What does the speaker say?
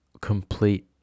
complete